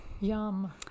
Yum